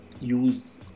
use